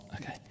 Okay